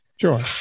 Sure